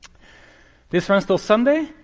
this runs till sunday.